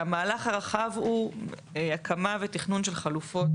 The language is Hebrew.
המהלך הרחב הוא הקמה ותכנון של חלופות